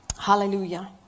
Hallelujah